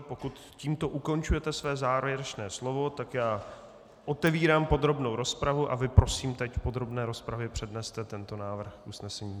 Pokud tímto ukončujete své závěrečné slovo, tak já otevírám podrobnou rozpravu a vy prosím teď v podrobné rozpravě předneste tento návrh usnesení.